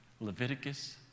Leviticus